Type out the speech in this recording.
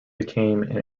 became